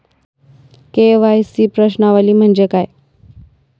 KYC प्रश्नावली म्हणजे काय?